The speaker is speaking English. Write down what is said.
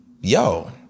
yo